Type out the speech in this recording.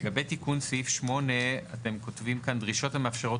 לגבי תיקון סעיף 8 אתם כותבים כאן דרישות המאפשרות